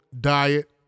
diet